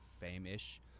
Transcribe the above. fame-ish